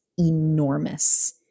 enormous